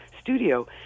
studio